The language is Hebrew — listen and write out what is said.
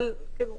כי אם לא,